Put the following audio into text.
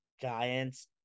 Giants